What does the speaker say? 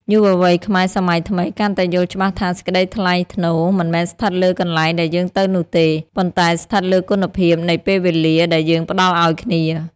យុវវ័យខ្មែរសម័យថ្មីកាន់តែយល់ច្បាស់ថា សេចក្តីថ្លៃថ្នូរមិនមែនស្ថិតលើកន្លែងដែលយើងទៅនោះទេ ប៉ុន្តែស្ថិតលើគុណភាពនៃពេលវេលាដែលយើងផ្ដល់ឱ្យគ្នា។